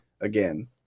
again